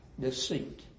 deceit